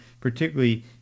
particularly